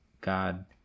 God